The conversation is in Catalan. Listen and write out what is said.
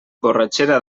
borratxera